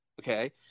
Okay